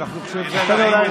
הוא לא התכוון לזה.